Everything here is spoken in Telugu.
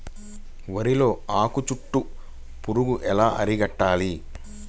వరిలో ఆకు చుట్టూ పురుగు ఎలా అరికట్టాలి?